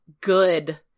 good